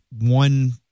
one